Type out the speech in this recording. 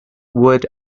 wood